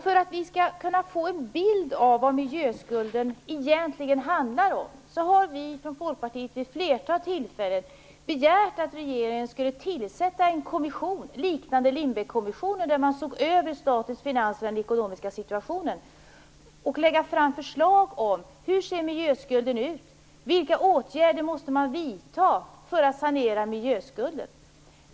För att vi skall kunna få en bild av vad miljöskulden egentligen handlar om har vi i Folkpartiet vid ett flertal tillfällen begärt att regeringen skall tillsätta en kommission, liknande Lindbeckkommissionen där man såg över statens finanser och den ekonomiska situationen, och lägga fram förslag till hur miljöskulden ser ut och vilka åtgärder man måste vidta för att sanera miljöskulden.